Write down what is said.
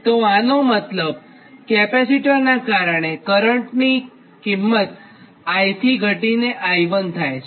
તો આનો મતલબ કેપેસિટરનાં કારણે કરંટની કિંમત I થી ઘટીને I1 થાય છે